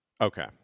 Okay